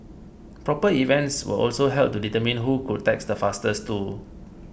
proper events were also held to determine who could text the fastest too